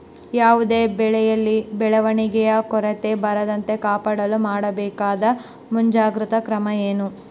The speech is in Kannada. ಯಾವುದೇ ಬೆಳೆಯಲ್ಲಿ ಬೆಳವಣಿಗೆಯ ಕೊರತೆ ಬರದಂತೆ ಕಾಪಾಡಲು ಮಾಡಬೇಕಾದ ಮುಂಜಾಗ್ರತಾ ಕ್ರಮ ಏನು?